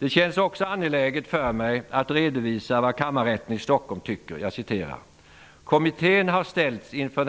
Det känns också angeläget för mig att redovisa vad Kammarrätten i Stockholm tycker: ''Kommittén har ställts inför